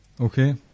okay